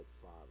Father